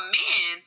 men